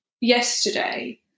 yesterday